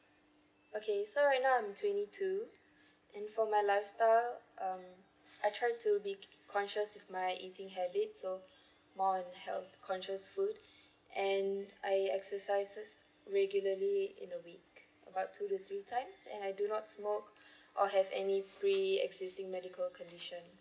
okay so right now I'm twenty two and for my lifestyle um I try to be conscious with my eating habits so more on health conscious food and I exercises regularly in a week about two to three times and I do not smoke or have any pre existing medical condition